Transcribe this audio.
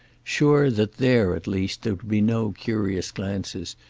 sure that there at least there would be no curious glances,